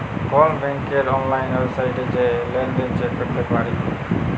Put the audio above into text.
call ব্যাংকের অললাইল ওয়েবসাইটে জাঁয়ে লেলদেল চ্যাক ক্যরতে পারি